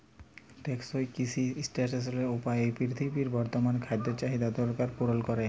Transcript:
টেকসই কিসি সাসট্যালেবেল উপায়ে পিরথিবীর বর্তমাল খাদ্য চাহিদার দরকার পুরল ক্যরে